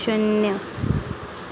शून्य